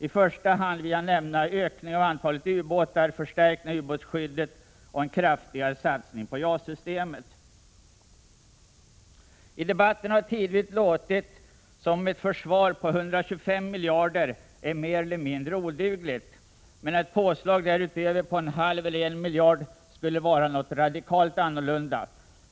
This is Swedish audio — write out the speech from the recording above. I första hand vill jag nämna ökning av antalet ubåtar, förstärkning av ubåtsskyddet och kraftigare satsning på JAS-systemet. I debatten har det tidvis låtit som om ett försvar på 125 miljarder är mer eller mindre odugligt medan ett påslag därutöver med en halv eller en miljard skulle innebära något radikalt annorlunda.